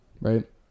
right